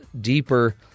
deeper